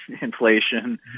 inflation